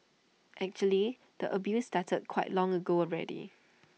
actually the abuse started quite long ago already